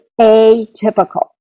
atypical